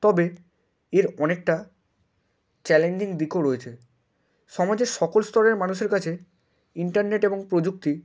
তবে এর অনেকটা চ্যালেঞ্জিং দিকও রয়েছে সমাজের সকল স্তরের মানুষের কাছে ইন্টারনেট এবং প্রযুক্তি